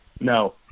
No